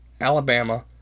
Alabama